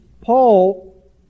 Paul